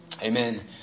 Amen